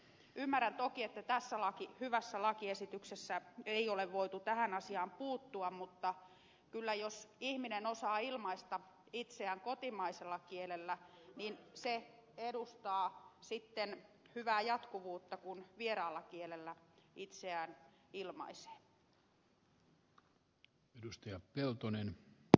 ymmärrän toki että tässä hyvässä lakiesityksessä ei ole voitu tähän asiaan puuttua mutta kyllä jos ihminen osaa ilmaista itseään kotimaisella kielellä se edustaa hyvää jatkuvuutta kun vieraalla kielellä itseään ilmaisee